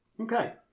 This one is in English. Okay